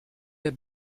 der